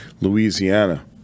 Louisiana